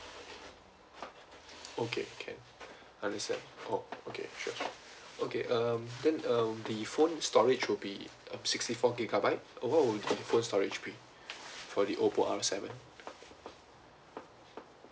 okay can understand oh okay sure sure okay um then um the phone storage will be sixty four gigabyte what will the phone storage be for the Oppo R seven